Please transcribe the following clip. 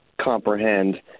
comprehend